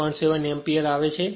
7 એમ્પીયરઆવે છે